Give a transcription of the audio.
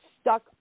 stuck